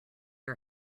are